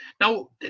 now